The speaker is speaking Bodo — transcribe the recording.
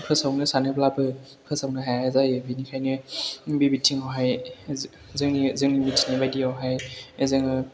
फोसावनो सानोब्लाबो फोसावनो हाया जायो बेनिखायनो बे बिथिङावहाय जोंनि मिथिनाय बायदियावहाय जोङो